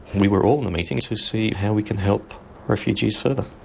we were all in a meeting, to see how we could help refugees further.